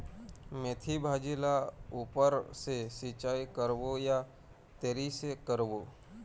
मेंथी भाजी ला ऊपर से सिचाई करबो या तरी से करबो?